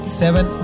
seven